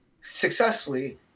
successfully